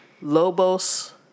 Lobos